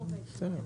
לבחון את זה?